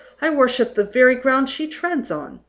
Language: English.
i worship the very ground she treads on!